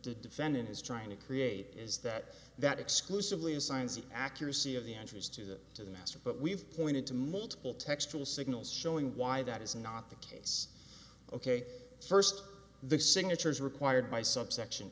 the defendant is trying to create is that that exclusively assigns the accuracy of the entries to the to the master but we've pointed to multiple textual signals showing why that is not the case ok first the signatures required by subsection